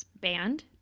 band